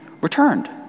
returned